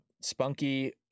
spunky